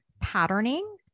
patterning